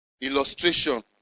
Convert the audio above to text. Illustration